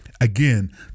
again